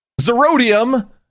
ZeroDium